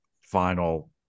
final